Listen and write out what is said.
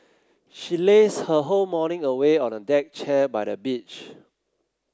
she lazed her whole morning away on a deck chair by the beach